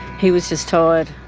he was just tired,